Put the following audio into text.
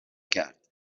کرد